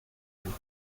ein